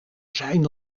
zijn